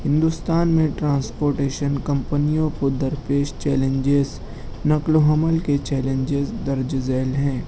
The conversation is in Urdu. ہندوستان میں ٹرانسپورٹیشن کمپنیوں کو درپیش چیلنجیز نقل و حمل کے چیلنجیز درج ذیل ہیں